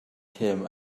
came